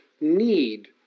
need